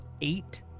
eight